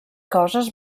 coses